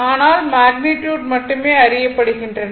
ஆனால் மேக்னிட்யுட் மட்டுமே அறியப்படுகின்றன